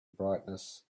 brightness